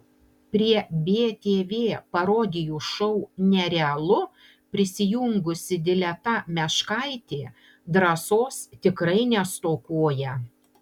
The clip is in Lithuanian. prie btv parodijų šou nerealu prisijungusi dileta meškaitė drąsos tikrai nestokoja